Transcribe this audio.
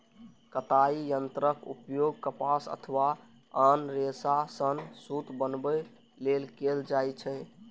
कताइ यंत्रक उपयोग कपास अथवा आन रेशा सं सूत बनबै लेल कैल जाइ छै